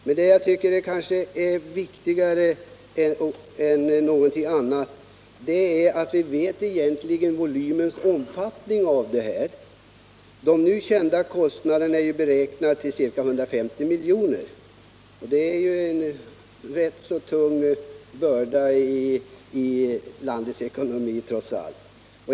Det som jag kanske tycker är viktigare än någonting annat är emellertid att vi känner till omfattningen av den här frågan. De nu kända kostnaderna är beräknade till ca 150 milj.kr., och det är trots allt en rätt tung börda i landets ekonomi.